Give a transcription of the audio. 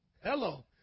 Hello